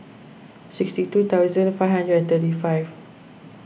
sixty two thousand five hundred and thirty five